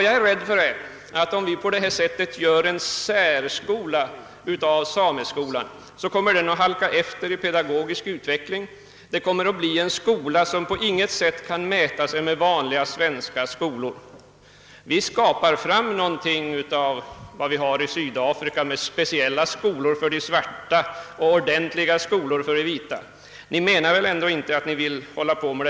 Jag är rädd att om vi på det föreslagna sättet gör en särskola av sameskolan, så kommer denna att halka efter i pedagogiskt hänseende. Den kommer att bli en skola som på intet sätt kan mäta sig med vanliga svenska skolor. Vi skapar någonting liknande det som förekommer i Sydafrika, där man har en sorts skola för de svarta och ordentliga skolor för de vita. Ni menar väl ändå inte att ni vill syssla med något sådant.